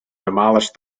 demolished